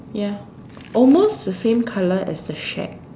ya almost the same colour as the shack